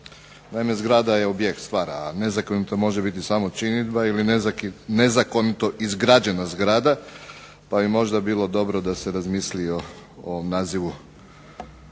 Naime zgrada je objekt, stvar, a nezakonito može biti samo činidba ili nezakonito izgrađena zgrada, pa bi možda bilo dobro da se razmisli o ovom